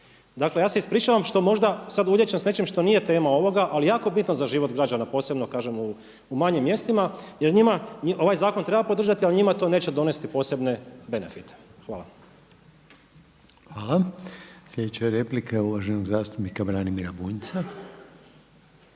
Dakle ja se ispričavam što možda sada ulijećem sa nečim što nije tema ovoga ali je jako bitno za život građana, posebno kažem u manjim mjestima jer njima, ovaj zakon treba podržati ali njima to neće donijeti posebne benfite. Hvala. **Reiner, Željko (HDZ)** Sljedeća je replika uvaženog zastupnika Branimira Bunjca.